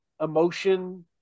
emotion